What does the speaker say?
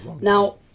Now